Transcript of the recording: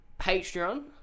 Patreon